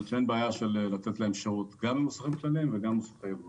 זאת אומרת שאין בעיה לתת להם שירות גם במוסכים כלליים וגם במוסכי יבואן.